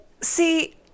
See